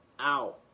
Ow